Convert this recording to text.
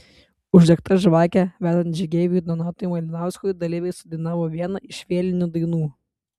uždegta žvakė vedant žygeiviui donatui malinauskui dalyviai sudainavo vieną iš vėlinių dainų